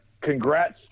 Congrats